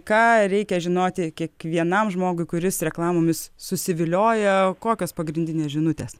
ką reikia žinoti kiekvienam žmogui kuris reklamomis susivilioja kokios pagrindinės žinutės